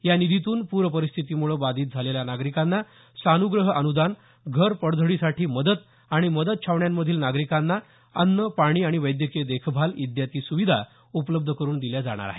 या निधीतून पूर परिस्थितीमुळे बाधित झालेल्या नागरिकांना सानुग्रह अनुदान घर पडझडीसाठी मदत आणि मदत छावण्यांमधील नागरिकांना अन्न पाणी आणि वैद्यकीय देखभाल इत्यादी सुविधा उपलब्ध करून दिल्या जाणार आहेत